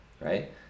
right